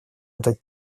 этот